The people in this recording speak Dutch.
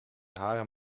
haren